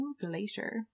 Glacier